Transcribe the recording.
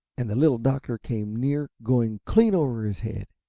and the little doctor came near going clean over his head.